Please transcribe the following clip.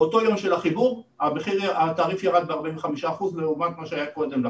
באותו יום של המחיר התעריף ירד ב-45% לעומת מה שהיה קודם לכן.